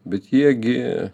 bet jie gi